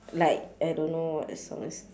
like I don't know what the song is